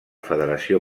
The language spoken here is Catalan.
federació